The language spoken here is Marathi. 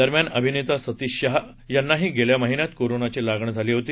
दरम्यान अभिनेता सतीश शाह यांनाही गेल्या महिन्यात कोरोनाची लागण झाली होती